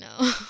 no